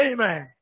Amen